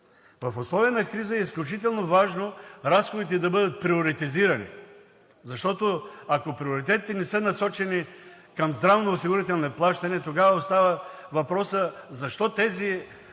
В условия на криза е изключително важно разходите да бъдат приоритизирани. Защото ако приоритетите не са насочени към здравноосигурителни плащания, тогава остава въпросът защо тези